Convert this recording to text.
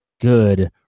good